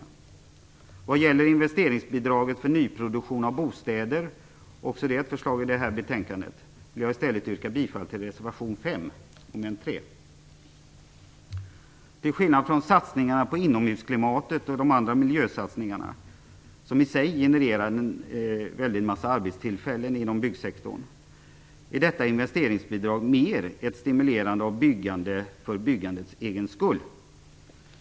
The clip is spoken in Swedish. När det gäller investeringsbidraget till nyproduktion av bostäder, också det ett förslag i det här betänkandet, vill jag i stället yrka bifall till reservation 5, mom 3. Till skillnad från satsningarna på inomhusklimatet och de andra miljösatsningarna, som i sig genererar väldigt många arbetstillfällen inom byggsektorn, är detta investeringsbidrag mer ett stimulerande av byggande för byggandets egen skull.